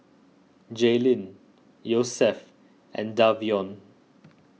Jaelyn Yosef and Davion